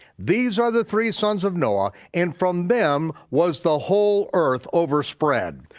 these are the three sons of noah, and from them was the whole earth overspread.